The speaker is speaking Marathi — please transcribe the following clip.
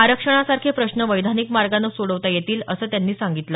आरक्षणासारखे प्रश्नं वैधानिक मार्गानं सोडवता येतील असं त्यांनी सांगितलं